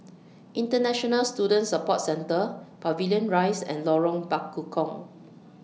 International Student Support Centre Pavilion Rise and Lorong Bekukong